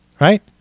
right